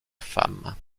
femmes